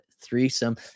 threesome